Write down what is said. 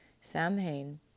Samhain